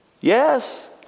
Yes